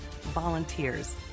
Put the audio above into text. volunteers